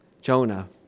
Jonah